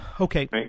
Okay